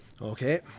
Okay